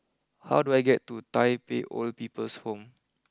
how do I get to Tai Pei Old People's Home